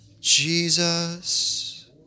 Jesus